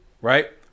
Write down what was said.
right